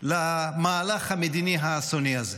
למהלך המדיני האסוני הזה.